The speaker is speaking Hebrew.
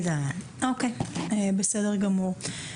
בסדר גמור.